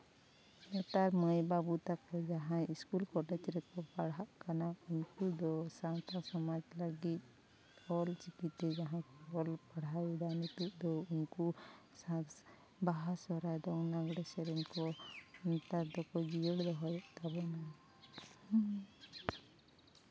ᱱᱮᱛᱟᱨ ᱢᱟᱹᱭ ᱵᱟᱹᱵᱩ ᱛᱟᱠᱚ ᱡᱟᱦᱟᱸᱭ ᱤᱥᱠᱩᱞ ᱠᱚᱞᱮᱠᱽ ᱨᱮᱠᱚ ᱯᱟᱲᱦᱟᱜ ᱠᱟᱱᱟ ᱩᱱᱠᱩ ᱫᱚ ᱥᱟᱶᱛᱟ ᱥᱚᱢᱟᱡᱽ ᱞᱟᱹᱜᱤᱫ ᱚᱞ ᱪᱤᱠᱤᱛᱮ ᱡᱟᱦᱟᱸᱭ ᱠᱚ ᱯᱟᱲᱦᱟᱣ ᱮᱫᱟ ᱱᱤᱛᱚᱜ ᱫᱚ ᱩᱱᱠᱩ ᱵᱟᱦᱟ ᱥᱚᱨᱦᱟᱭ ᱫᱚᱝ ᱞᱟᱜᱽᱲᱮ ᱥᱮᱨᱮᱧ ᱠᱚ ᱱᱮᱛᱟᱨ ᱫᱚᱠᱚ ᱡᱤᱭᱟᱹᱲ ᱫᱚᱦᱚᱭᱮᱜ ᱛᱟᱵᱚᱱᱟ